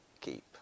keep